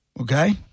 Okay